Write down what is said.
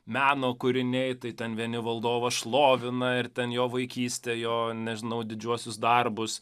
meno kūriniai tai ten vieni valdovą šlovina ir ten jo vaikystę jo nežinau didžiuosius darbus